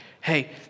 hey